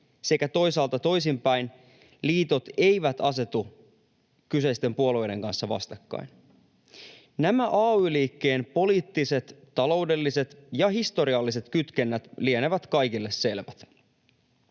sekä toisaalta toisinpäin: liitot eivät asetu kyseisten puolueiden kanssa vastakkain. Nämä ay-liikkeen poliittiset, taloudelliset ja historialliset kytkennät lienevät kaikille selvät.